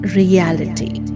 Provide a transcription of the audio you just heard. reality